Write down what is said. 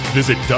Visit